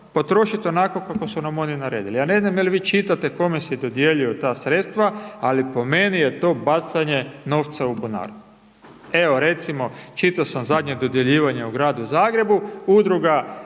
potrošit onako kako su nam oni naredili, ja ne znam jel vi čitate kome se dodjeljuju ta sredstva, ali po meni je to bacanje novca u bunar. Evo recimo, čitao sam zadnje dodjeljivanje u Gradu Zagrebu, Udruga